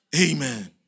Amen